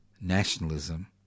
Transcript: nationalism